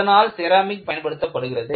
அதனால் செராமிக் பயன்படுத்தப்படுகிறது